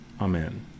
Amen